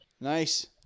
Nice